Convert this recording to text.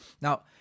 Now